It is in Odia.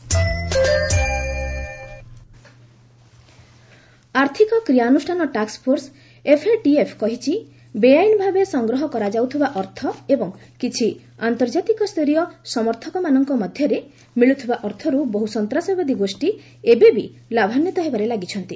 ଏଫ୍ଏଟିଏଫ୍ ଟେରର୍ ଆର୍ଥିକ କ୍ରିୟାନୁଷ୍ଠାନ ଟାସ୍କଫୋର୍ସ ଏଫ୍ଏଟିଏଫ୍ କହିଛି ବେଆଇନ୍ ଭାବେ ସଂଗ୍ରହ କରାଯାଉଥିବା ଅର୍ଥ ଏବଂ କିଛି ଆନ୍ତର୍ଜାତିକ ସ୍ତରୀୟ ସମର୍ଥକମାନଙ୍କ ମାଧ୍ୟମରେ ମିଳୁଥିବା ଅର୍ଥରୁ ବହୁ ସନ୍ତାସବାଦୀ ଗୋଷ୍ଠୀ ଏବେବି ଲାଭାନ୍ୱିତ ହେବାରେ ଲାଗିଛନ୍ତି